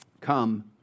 Come